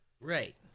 Right